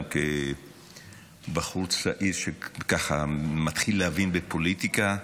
גם כבחור צעיר שמתחיל להבין בפוליטיקה,